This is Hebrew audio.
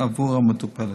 בעבור המטופלת.